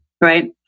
right